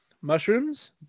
mushrooms